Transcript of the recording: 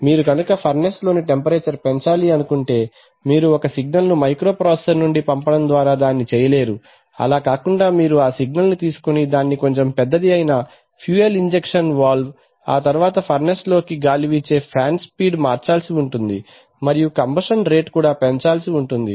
మీరు కనుక ఫర్నెస్ లోని టెంపరేచర్ పెంచాలి అనుకుంటే మీరు ఒక సిగ్నల్ ను మైక్రోప్రాసెసర్ నుండి పంపడం ద్వారా దానిని చేయలేరు అలా కాకుండా మీరు ఆ సిగ్నల్ ని తీసుకుని దాన్ని కొంచెం పెద్దది అయిన ఫ్యుయెల్ ఇంజక్షన్ వాల్వ్ తరువాత ఫర్నెస్ లోకి గాలి వీచే ఫ్యాన్ స్పీడ్ మార్చాల్సి ఉంటుంది మరియు కంబషన్ రేట్ కూడా పెంచాల్సి ఉంటుంది